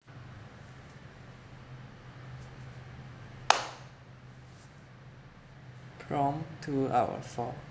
prompt two out of four